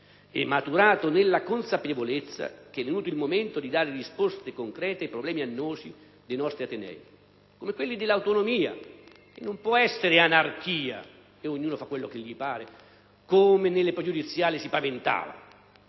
e maturato nella consapevolezza che è venuto il momento di dare risposte concrete ai problemi annosi dei nostri atenei: come quelli dell'autonomia - che non può essere anarchia, per cui ognuno fa quello che gli pare, come nelle pregiudiziali si paventava